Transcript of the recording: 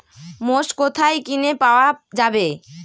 মোষ কোথায় কিনে পাওয়া যাবে?